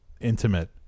intimate